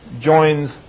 joins